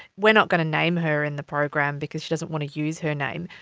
we're not going to name her in the program because she doesn't want to use her name.